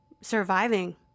surviving